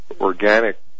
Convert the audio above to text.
organic